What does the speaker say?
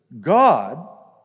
God